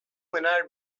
mingħajr